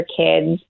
kids